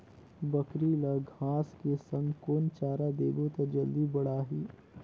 बकरी ल घांस के संग कौन चारा देबो त जल्दी बढाही?